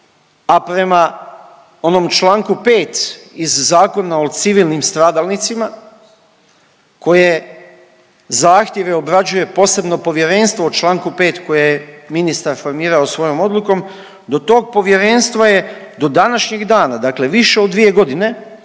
a prema onom čl. 5. iz Zakona o civilnim stradalnicima koje zahtjeve obrađuje posebno povjerenstvo u čl. 5. koje je ministar formirao svojom odlukom, do tog povjerenstva je do današnjeg dana, dakle više od 2.g. došlo